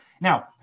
Now